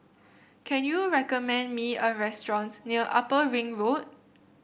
can you recommend me a restaurant near Upper Ring Road